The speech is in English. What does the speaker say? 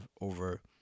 over